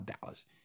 dallas